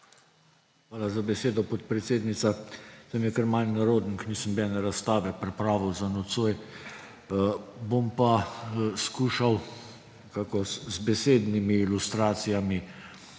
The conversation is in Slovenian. Hvala za besedo, podpredsednica. Saj mi je kar malo nerodno, ker nisem nobene razstave pripravil za nocoj. Bom pa skušal z besednimi ilustracijami